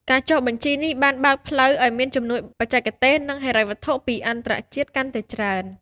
ការចុះបញ្ជីនេះបានបើកផ្លូវឱ្យមានជំនួយបច្ចេកទេស និងហិរញ្ញវត្ថុពីអន្តរជាតិកាន់តែច្រើន។